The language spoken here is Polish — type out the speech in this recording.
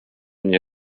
mnie